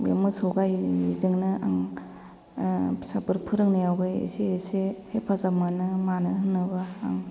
बे मोसौ गायजोंनो आं फिसाफोर फोरोंनायावबो एसे एसे हेफाजाब मोनो मानो होनोबा आं